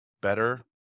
better